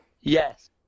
Yes